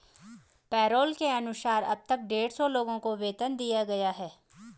payroll के अनुसार अब तक डेढ़ सौ लोगों को वेतन दिया गया है